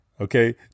Okay